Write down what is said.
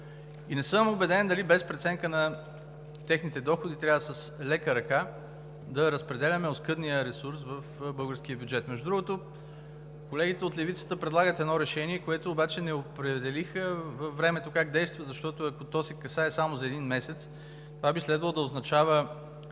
и не съм убеден дали без преценка на техните доходи трябва с лека ръка да разпределяме оскъдния ресурс в българския бюджет. Между другото, колегите от левицата предлагат едно решение, което обаче не определиха във времето как действа. Защото, ако то се касае само за един месец, това би следвало да означава